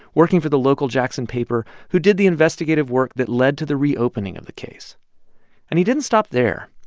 working for the local jackson paper, who did the investigative work that led to the reopening of the case and he didn't stop there.